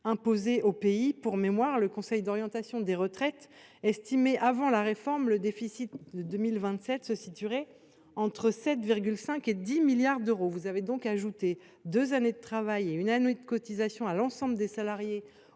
imposée au pays. Pour mémoire, le Conseil d’orientation des retraites estimait avant votre réforme que le déficit en 2027 se situerait entre 7,5 milliards d’euros et 10 milliards d’euros. Vous avez donc ajouté deux années de travail et une année de cotisation à l’ensemble des salariés